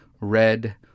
red